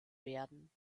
werden